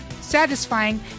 satisfying